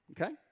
okay